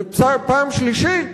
פעם שלישית